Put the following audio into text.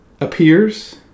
appears